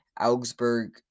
Augsburg